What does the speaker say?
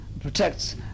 protects